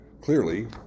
Clearly